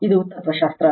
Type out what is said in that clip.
ಇದು ತತ್ವಶಾಸ್ತ್ರ